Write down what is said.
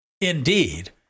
Indeed